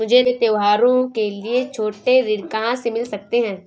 मुझे त्योहारों के लिए छोटे ऋण कहाँ से मिल सकते हैं?